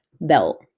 belt